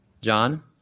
John